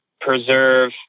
preserve